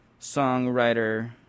songwriter